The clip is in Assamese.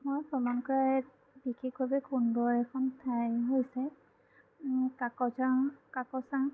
মই ভ্ৰমণ কৰা এক বিশেষভাৱে সুন্দৰ এখন ঠাই হৈছে কাকজা কাকচাং